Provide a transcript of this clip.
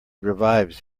revives